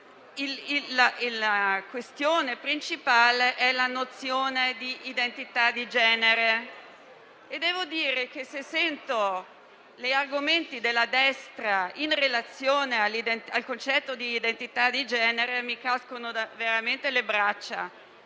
la questione principale è la nozione di identità di genere. Devo dire che ascoltando le argomentazioni della destra in relazione al concetto di identità di genere, mi cadono veramente le braccia.